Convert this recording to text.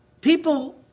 people